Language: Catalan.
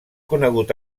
conegut